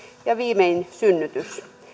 ja viimein synnytys